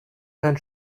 kein